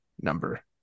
number